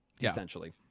essentially